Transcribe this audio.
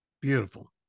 Beautiful